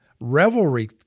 revelry